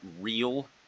real